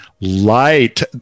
light